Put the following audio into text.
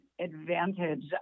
advantage